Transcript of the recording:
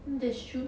that's true